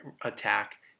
attack